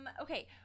okay